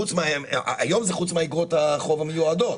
היום זה חוץ מאיגרות החוב המיועדות,